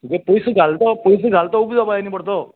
तुगे पयसो घाल तो पयसो घाल तो उबो येवपा जाय न्ही परतो